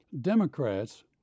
Democrats